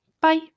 bye